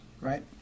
Right